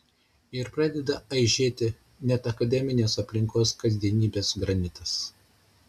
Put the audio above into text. ir pradeda aižėti net akademinės aplinkos kasdienybės granitas